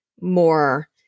more